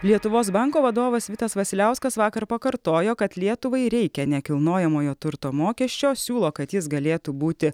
lietuvos banko vadovas vitas vasiliauskas vakar pakartojo kad lietuvai reikia nekilnojamojo turto mokesčio siūlo kad jis galėtų būti